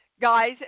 guys